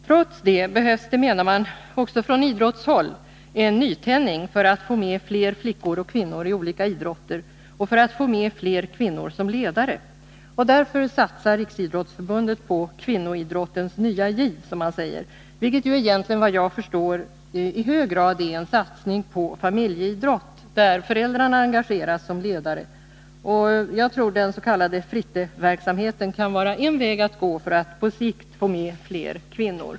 Trots det behövs det — menar man, också från idrottshåll — en nytändning för att få med fler flickor och kvinnor i olika idrotter och för att få med fler kvinnor som ledare. Därför satsar Riksidrottsförbundet på ”kvinnoidrottens nya giv ”, som man säger, vilket egentligen enligt vad jag förstår i hög grad är en satsning på familjeidrott, där föräldrarna engageras som ledare. Jag tror dens.k. fritteverksamheten kan vara en väg att gå för att på sikt få med fler kvinnor.